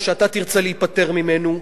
או כשאתה תרצה להיפטר ממנו,